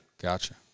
Gotcha